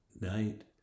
night